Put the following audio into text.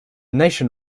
nation